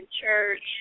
church